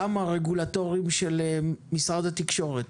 גם הרגולטורים של משרד התקשורת,